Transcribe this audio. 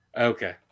Okay